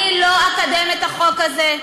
אני לא אקדם את החוק הזה,